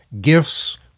Gifts